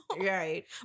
right